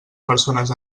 persones